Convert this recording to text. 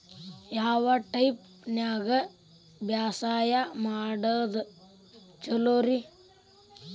ಯಾವ ಟೈಪ್ ನ್ಯಾಗ ಬ್ಯಾಸಾಯಾ ಮಾಡೊದ್ ಛಲೋರಿ?